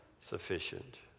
sufficient